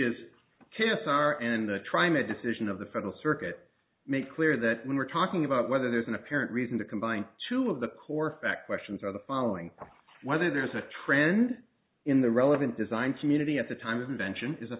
carrots are and try mid decision of the federal circuit make clear that when we're talking about whether there's an apparent reason to combine two of the core fact questions are the following whether there's a trend in the relevant design community at the time of invention is a